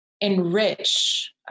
enrich